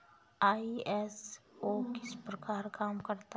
ISO किस प्रकार काम करता है